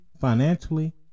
financially